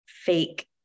fake